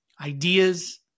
ideas